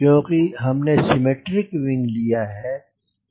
क्योंकि हमने symmetric wing लिया है